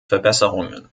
verbesserungen